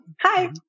Hi